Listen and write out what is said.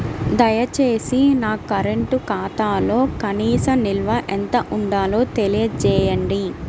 దయచేసి నా కరెంటు ఖాతాలో కనీస నిల్వ ఎంత ఉండాలో తెలియజేయండి